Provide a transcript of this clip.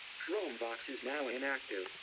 chromevox is now inactive.